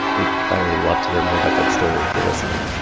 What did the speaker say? we'd, by the way, love to hear more about that story, if you're listening.